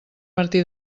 martí